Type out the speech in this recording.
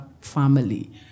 family